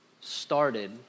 started